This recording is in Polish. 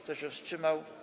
Kto się wstrzymał?